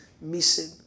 missing